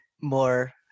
more